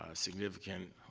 ah significant,